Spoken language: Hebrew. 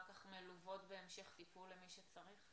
כך הן לא מלוות בהמשך טיפול למי שצריך?